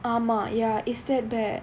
ஆமா:aamaa ya it's that bad